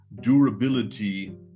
durability